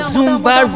Zumba